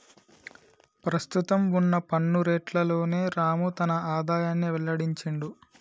ప్రస్తుతం వున్న పన్ను రేట్లలోనే రాము తన ఆదాయాన్ని వెల్లడించిండు